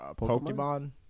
Pokemon